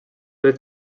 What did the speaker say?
olid